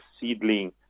seedling